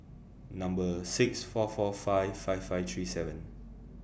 Number six four four five five five three seven